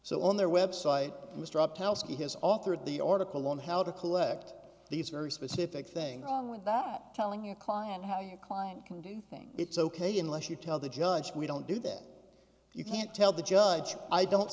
so on their website mr up house he has authored the article on how to collect these very specific thing wrong with that telling your client how your client can do things it's ok unless you tell the judge we don't do that you can't tell the judge i don't